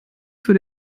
für